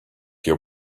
your